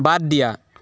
বাদ দিয়া